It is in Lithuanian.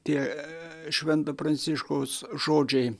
tie švento pranciškaus žodžiai